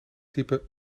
type